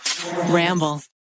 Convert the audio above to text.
Ramble